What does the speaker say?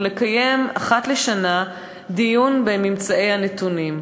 ולקיים אחת לשנה דיון בממצאי הנתונים.